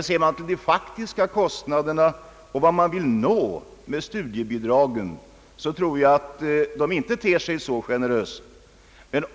Ser man till de faktiska kostnaderna och vad man vill nå med studiebidragen, så tror jag dock inte att de ter sig så generösa.